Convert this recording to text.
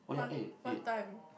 what what time